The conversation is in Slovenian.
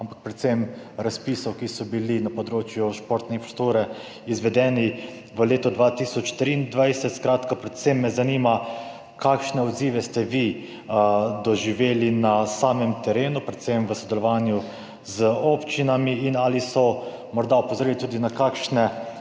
ampak predvsem razpisov, ki so bili izvedeni na področju športne infrastrukture v letu 2023? Skratka, predvsem me zanima: Kakšne odzive ste vi doživeli na terenu, predvsem v sodelovanju z občinami? Ali so morda opozorili tudi na kakšne